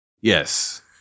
Yes